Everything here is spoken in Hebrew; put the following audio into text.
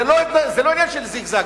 זה לא עניין של זיגזג.